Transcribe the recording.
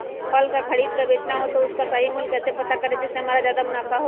फल का खरीद का बेचना हो तो उसका सही मूल्य कैसे पता करें जिससे हमारा ज्याद मुनाफा हो?